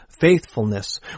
faithfulness